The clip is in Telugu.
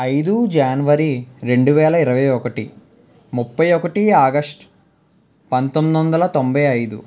ఐదు జనవరి రెండు వేల ఇరవై ఒకటి ముప్పై ఒకటి ఆగస్టు పంతొమ్మిది వందల తొంభై ఐదు